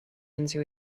into